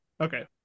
Okay